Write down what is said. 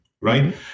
right